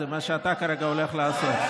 זה מה שאתה כרגע הולך לעשות.